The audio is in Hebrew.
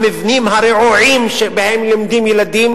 המבנים הרעועים שבהם לומדים ילדים.